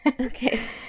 Okay